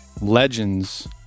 Legends